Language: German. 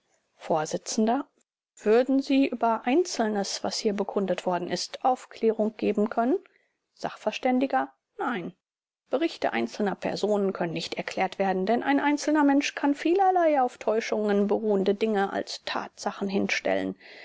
vors würden sie über einzelnes was hier bekundet worden ist aufklärung geben können sachv nein berichte einzelner personen können nicht erklärt werden denn ein einzelner mensch kann vielerlei auf täuschung beruhende dinge als tatsachen hinstellen